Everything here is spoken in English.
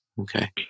Okay